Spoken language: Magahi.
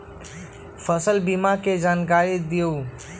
फसल बीमा के जानकारी दिअऊ?